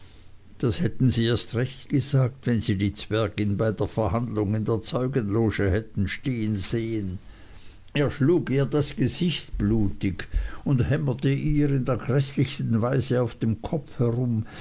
das hätten sie erst recht gesagt sir wenn sie die zwergin bei der verhandlung in der zeugenloge hätten stehen sehen er schlug ihr das gesicht blutig und hämmerte ihr in der gräßlichsten weise auf dem kopf herum